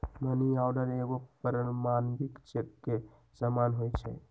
money order एगो प्रमाणिक cheque के समान होइ छै